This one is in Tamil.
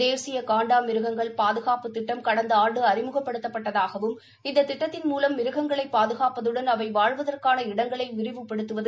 தேசிய காண்டா மிருகங்கள் பாதுகாப்புத் திட்டம் கடந்த ஆண்டு அறிமுகப்படுத்தப்பட்டதாகவும் இந்த திட்டத்தின் மூலம் மிருகங்களை பாதுகாப்பதுடன் அவை வாழ்வதற்கான இடங்களை விரிவுபடுத்துவது